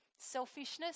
selfishness